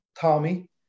Tommy